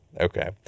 Okay